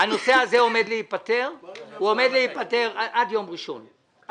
הנושא הזה עומד להיפתר עד יום ראשון.